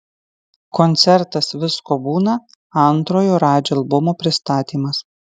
koncertas visko būna antrojo radži albumo pristatymas